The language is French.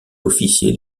officier